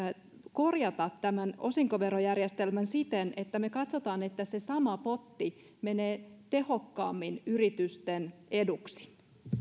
korjata tämän osinkoverojärjestelmän siten että me katsomme että se sama potti menee tehokkaammin yritysten eduksi